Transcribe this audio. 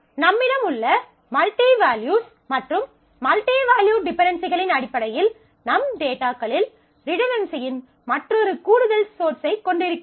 நம்மிடம் உள்ள multi values மற்றும் மல்டி வேல்யூட் டிபென்டென்சிகளின் அடிப்படையில் நம் டேட்டாகளில் ரிடன்டன்சியின் மற்றொரு கூடுதல் சோர்சைக் கண்டிருக்கிறோம்